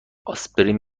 آسپرین